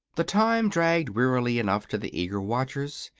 the time dragged wearily enough to the eager watchers,